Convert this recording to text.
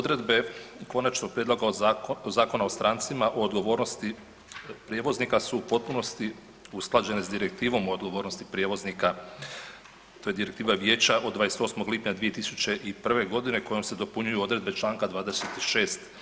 Odredbe Konačnog prijedloga Zakona o strancima o odgovornosti prijevoznika su u potpunosti usklađene s direktivom o odgovornosti prijevoznika tj. je Direktiva Vijeća od 28. lipnja 2001. godine kojom se dopunjuju odredbe Članka 26.